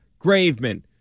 Graveman